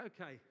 Okay